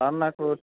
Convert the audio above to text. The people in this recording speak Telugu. సార్ నాకు